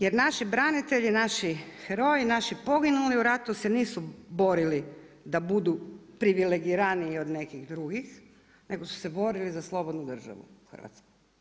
Jer naši branitelji, naši heroji, naši poginuli u ratu se nisu borili da budu privilegiraniji od nekih drugih nego su se borili za slobodnu državu Hrvatsku.